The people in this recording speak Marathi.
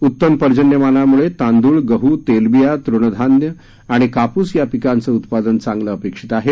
उत्तम पर्जन्यमानामुळे तांदुळ गहू तेलबिया तुण धान्य आणि कापूस या पिकांचं उत्पादन चांगलं अपेक्षित आहे